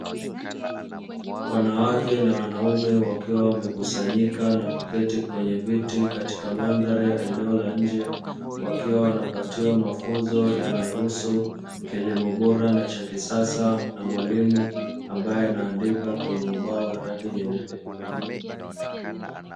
Wanawake na wanaume wakiwa wamekusanyika na kuketi kwenye viti katika mandhari ya eneo la nje , wakiwa wanapatiwa mafunzo yanayohusu kilimo bora na cha kisasa na mwalimu ambaye anaandika kwenye ubao wa rangi nyeupe.